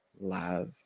love